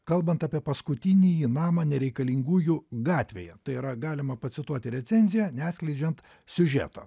kalbant apie paskutinįjį namą nereikalingųjų gatvėje tai yra galima pacituoti recenziją neatskleidžiant siužeto